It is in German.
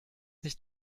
nicht